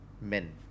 men